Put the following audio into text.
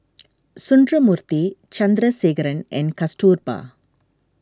Sundramoorthy Chandrasekaran and Kasturba